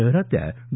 शहरातल्या डॉ